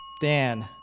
Dan